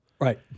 Right